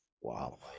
wow